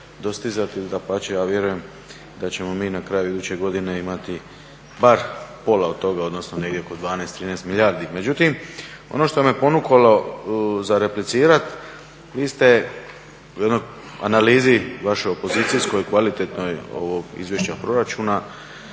dapače ja vjerujem da ćemo mi na kraju iduće godine imati bar pola od toga, odnosno negdje oko 12, 13 milijardi. Međutim, ono što me ponukalo za replicirat, vi ste u jednoj analizi vašoj opozicijskoj, kvalitetnoj ovog izvješća o proračunu